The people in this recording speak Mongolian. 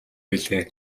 билээ